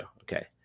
Okay